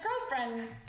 girlfriend